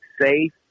safe